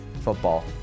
Football